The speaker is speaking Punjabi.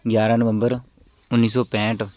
ਗਿਆਰ੍ਹਾਂ ਨਵੰਬਰ ਉੱਨੀ ਸੌ ਪੈਂਹਠ